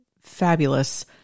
fabulous